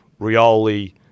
Rioli